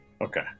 okay